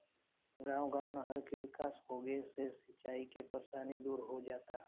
गांव गांव नहर के विकास होंगे से सिंचाई के परेशानी दूर हो जाता